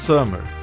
Summer